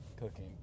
cooking